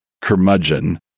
curmudgeon